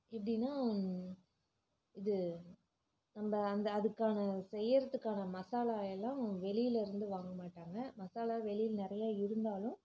எப்படின்னா இது நம்ம அந்த அதுக்கான செய்கிறத்துக்கான மசாலா எல்லாம் வெளிலேருந்து வாங்க மாட்டாங்க மசாலா வெளியில் நிறைய இருந்தாலும்